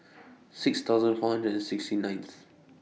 six thousand hundred and sixty ninth